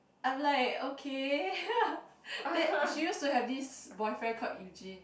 I'm like okay that she use to have this boyfriend called Eugene